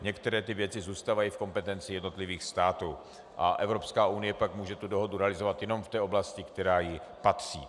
Některé věci zůstávají v kompetenci jednotlivých států a Evropská unie pak může tu dohodu realizovat jenom v té oblasti, která jí patří.